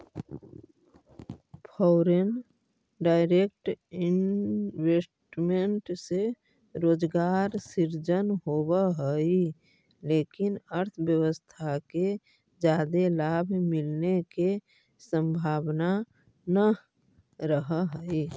foreign direct investment से रोजगार सृजन होवऽ हई लेकिन अर्थव्यवस्था के जादे लाभ मिलने के संभावना नह रहऽ हई